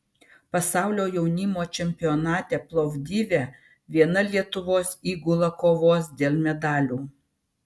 pasaulio jaunimo čempionate plovdive viena lietuvos įgula kovos dėl medalių